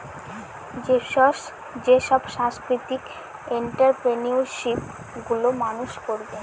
যেসব সাংস্কৃতিক এন্ট্ররপ্রেনিউরশিপ গুলো মানুষ করবে